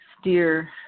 steer